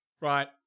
Right